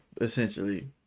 essentially